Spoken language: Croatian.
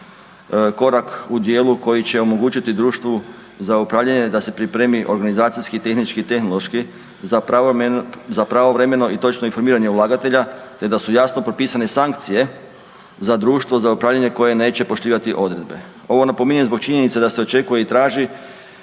korak u dijelu koji će omogućiti društvu za upravljanje da se pripremi organizacijski, tehnički i tehnološki za pravovremeno i točno informiranje ulagatelja te da su jasno propisane sankcije za društvo za upravljanje koje neće poštivati odredbe. Ovo napominjem zbog činjenice da se očekuje i traži